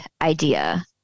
idea